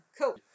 Cool